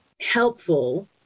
helpful